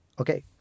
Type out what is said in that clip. okay